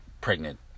pregnant